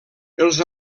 els